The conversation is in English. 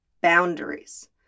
Boundaries